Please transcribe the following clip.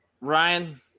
Ryan